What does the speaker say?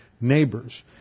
neighbors